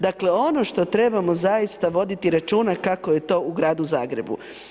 Dakle, ono što trebamo zaista voditi računa kako je to u gradu Zagrebu.